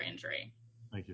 injury like